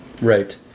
Right